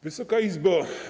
Wysoka Izbo!